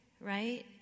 right